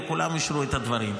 וכולם אישרו את הדברים.